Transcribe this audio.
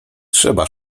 trzeba